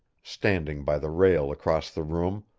standing by the rail across the room,